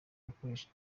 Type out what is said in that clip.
gukoresha